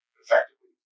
effectively